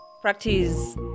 practice